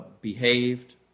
behaved